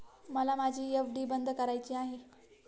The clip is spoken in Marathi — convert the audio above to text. मला माझी एफ.डी बंद करायची आहे